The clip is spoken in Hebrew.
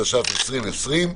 התש"ף-2020.